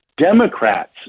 Democrats